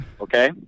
Okay